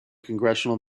congressional